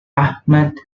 ahmad